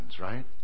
right